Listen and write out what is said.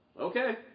Okay